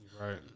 Right